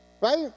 Right